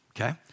okay